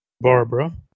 Barbara